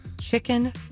chicken